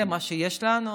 זה מה שיש לנו,